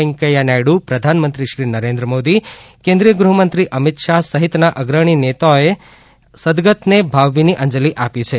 વૈંકથા નાયડુ પ્રધાનમંત્રી શ્રી નરેન્દ્ર મોદી કેન્દ્રીય મંત્રી અમિત શાહ સહિતના અગ્રણી નેતાઓએ સદગતને ભાવભીની અંજલી આપી છે